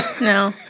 No